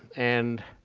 and